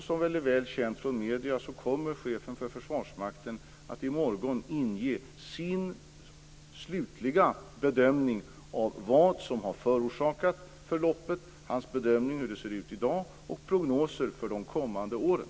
Som är väl känt från medierna kommer chefen för Försvarsmakten att i morgon inge sin slutliga bedömning av vad som har förorsakat förloppet, hans bedömning av hur det ser ut i dag och prognoser för de kommande åren.